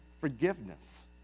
forgiveness